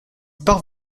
par